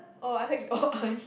oh I heard